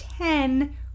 Ten